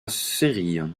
série